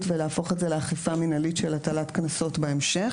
ולהפוך את זה לאכיפה מינהלית של הטלת קנסות בהמשך.